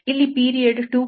ಇದರಲ್ಲಿ ಪೀರಿಯಡ್ 2𝜋 ಆಗಿದೆ